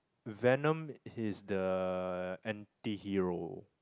Venom he's the antihero